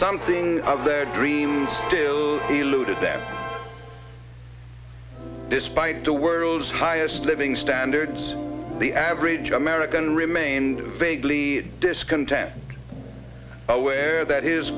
something of their dreams still eluded them despite the world's highest living standards the average american remained vaguely discontent aware that his